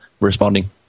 responding